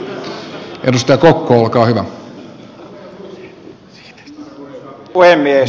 arvoisa puhemies